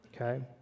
okay